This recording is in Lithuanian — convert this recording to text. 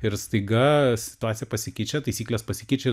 ir staiga situacija pasikeičia taisyklės pasikeičia